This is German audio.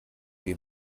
wir